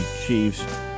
Chiefs